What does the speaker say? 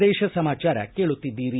ಪ್ರದೇಶ ಸಮಾಚಾರ ಕೇಳುತ್ತಿದ್ದೀರಿ